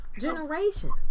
generations